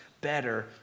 better